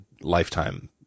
lifetime